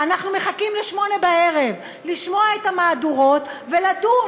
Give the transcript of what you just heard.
אנחנו מחכים ל-20:00 לשמוע את המהדורות ולדון: